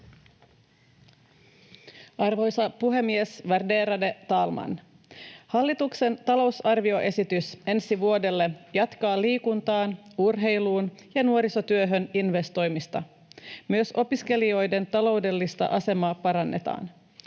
Arvoisa puhemies, värderade talman! Hallituksen talousarvioesitys ensi vuodelle jatkaa liikuntaan, urheiluun ja nuorisotyöhön investoimista. Myös opiskelijoiden taloudellista asemaa parannetaan.